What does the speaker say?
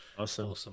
Awesome